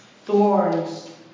Thorns